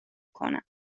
کنم